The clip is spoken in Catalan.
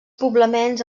poblaments